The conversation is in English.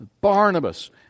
Barnabas